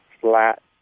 flat